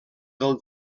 del